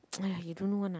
!aiya! you don't know one ah